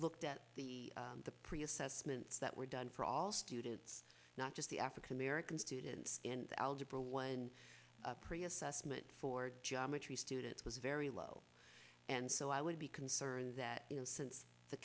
looked at the the pre assessments that were done for all students not just the african american students in algebra one prius usman ford geometry students was very low and so i would be concerned that you know since the